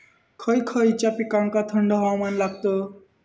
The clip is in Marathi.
खय खयच्या पिकांका थंड हवामान लागतं?